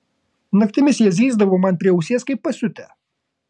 naktimis jie zyzdavo man prie ausies kaip pasiutę